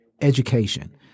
education